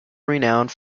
renowned